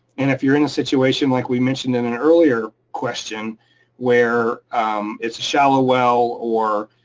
and if you're in a situation like we mentioned in an earlier question where it's a shallow well or